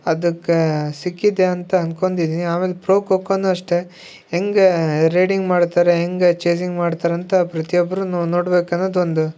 ಅದಕ್ಕೆ ಸಿಕ್ಕಿದೆ ಅಂತ ಅಂದ್ಕೊಂಡಿದ್ದೀನಿ ಆಮೇಲೆ ಪ್ರೊ ಕೊಕ್ಕೊನೂ ಅಷ್ಟೇ ಹೆಂಗೆ ರೇಡಿಂಗ್ ಮಾಡ್ತಾರೆ ಹೆಂಗೆ ಚೇಸಿಂಗ್ ಮಾಡ್ತಾರಂತ ಪ್ರತಿಯೊಬ್ಬರೂನು ನೋಡ್ಬೇಕನ್ನೋದು ಒಂದು